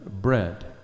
bread